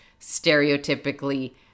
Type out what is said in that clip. stereotypically